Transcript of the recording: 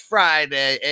Friday